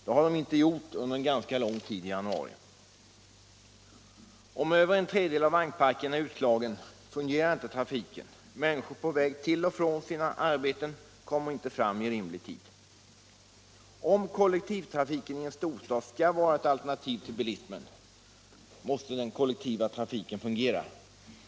Det har de inte gjort under en ganska lång tid i januari. Om över en tredjedel av vagnparken är utslagen fungerar inte trafiken. Människor på väg till och från sina arbeten kommer inte fram i rimlig Nr 61 lismen, måste den kollektiva trafiken fungera.